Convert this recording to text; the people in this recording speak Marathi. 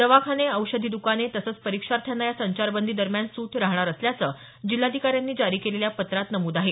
दवाखाने औषधी दुकाने तसंच परीक्षाथ्यांना या संचारबंदी दरम्यान सूट राहणार असल्याचं जिल्हाधिकाऱ्यांनी जारी केलेल्या पत्रकात नमूद आहे